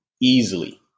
Easily